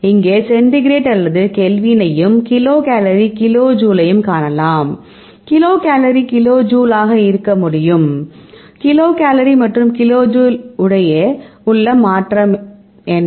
இங்கே சென்டிகிரேட் அல்லது கெல்வினையும் கிலோகலோரி கிலோ ஜூல் ஐயும் காணலாம் கிலோகலோரி கிலோ ஜூல் ஆக இருக்க முடியும் கிலோகலோரி மற்றும் கிலோ ஜூல் இடையே உள்ள மாற்றம் என்ன